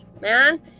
man